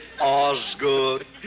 Osgood